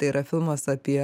tai yra filmas apie